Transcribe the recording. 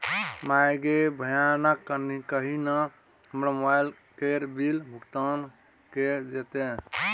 माय गे भैयाकेँ कही न हमर मोबाइल केर बिल भोगतान कए देतै